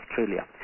Australia